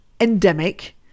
endemic